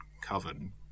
coven